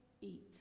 eat